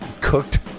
cooked